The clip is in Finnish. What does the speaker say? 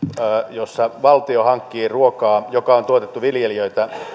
jossa valtio hankkii ruokaa joka on tuotettu